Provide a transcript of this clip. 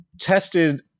tested